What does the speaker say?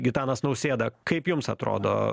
gitanas nausėda kaip jums atrodo